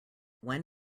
when